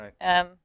Right